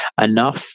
enough